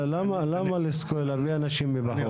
למה להביא אנשים מבחוץ?